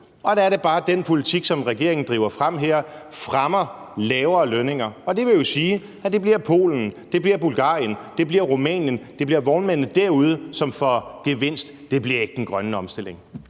Og der er det bare, at den politik, som regeringen driver frem her, fremmer lavere lønninger, og det vil jo sige, at det bliver Polen, det bliver Bulgarien, det bliver Rumænien, det bliver vognmændene derude, som får gevinst. Det bliver ikke den grønne omstilling.